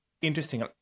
interesting